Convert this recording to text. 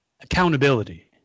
accountability